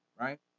right